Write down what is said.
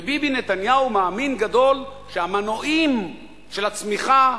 וביבי נתניהו מאמין גדול שהמנועים של הצמיחה,